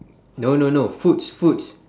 no no no foods foods